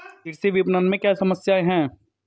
कृषि विपणन में क्या समस्याएँ हैं?